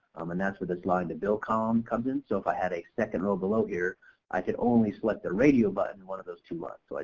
um and that's where this line to bill column comes in, so if i had a second row below here i could only select the radio button one of those two but so lines,